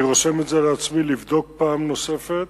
אני רושם לעצמי לבדוק פעם נוספת